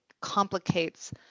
complicates